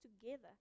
together